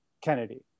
kennedy